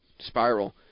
Spiral